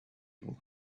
people